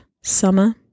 Summer